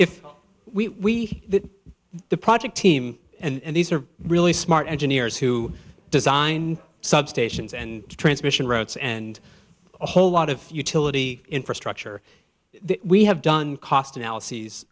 if we do the project team and these are really smart engineers who designed substations and transmission roads and a whole lot of utility infrastructure we have done cost analyses